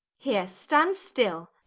here! stand still.